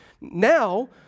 Now